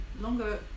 longer